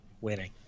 winning